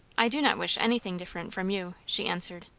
i do not wish anything different from you, she answered.